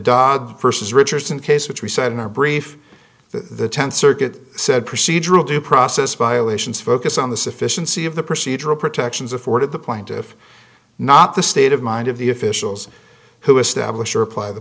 dodd versus richardson case which we said in our brief the th circuit said procedural due process violations focus on the sufficiency of the procedural protections afforded the plaintiff not the state of mind of the officials who establish or apply the